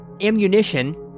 ammunition